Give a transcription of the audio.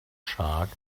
shark